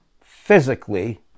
physically